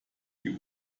die